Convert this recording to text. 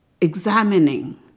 examining